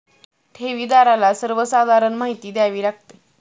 ठेवीदाराला सर्वसाधारण माहिती द्यावी लागते